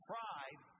Pride